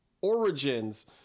origins